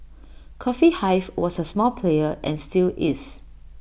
coffee hive was A small player and still is